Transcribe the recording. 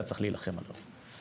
היה צריך להילחם עליו.